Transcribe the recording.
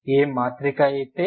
A మాత్రిక అయితే